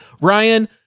ryan